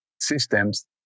systems